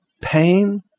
pain